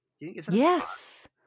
Yes